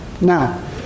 Now